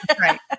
Right